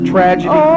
Tragedy